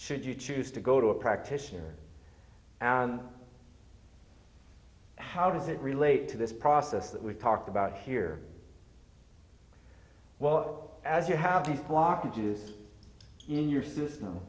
should you choose to go to a practitioner and how does it relate to this process that we've talked about here while out as you have these blockages in your system